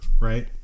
Right